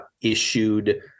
issued